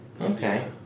okay